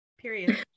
Period